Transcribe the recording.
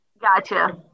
Gotcha